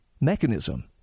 mechanism